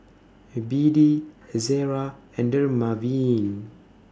B D Ezerra and Dermaveen